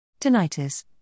Tinnitus